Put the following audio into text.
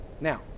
Now